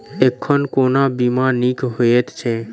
एखन कोना बीमा नीक हएत छै?